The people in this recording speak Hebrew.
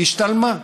השתלמה.